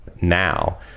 now